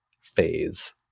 phase